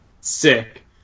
Sick